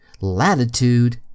latitude